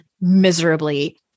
miserably